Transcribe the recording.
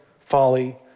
folly